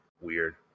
weird